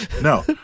no